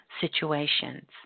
situations